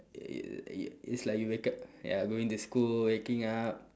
it it it's like you wake up ya going to school waking up